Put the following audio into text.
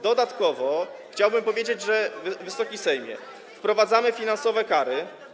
Dodatkowo chciałbym powiedzieć, że, Wysoki Sejmie, wprowadzamy finansowe kary.